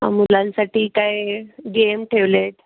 मुलांसाठी काय गेम ठेवले आहेत